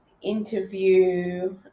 interview